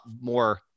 more